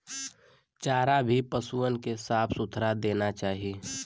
चारा भी पसुअन के साफ सुथरा देना चाही